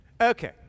okay